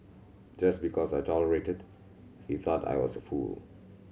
just because I tolerated he thought I was a fool